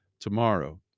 tomorrow